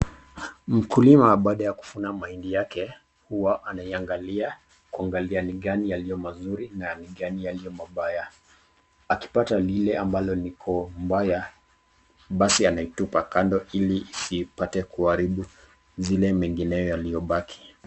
Mkulima baada ya kuvuna mahindi yake huwa anaiangalia ,kuangalia ni gani yaliyo mazuri na ni gani yaliyo mabaya .Akipata lile ambalo liko mbaya, basi anaitupa kando ili isipate kuharibu zile mengineyo yaliyobaki.